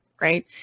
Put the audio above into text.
right